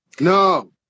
No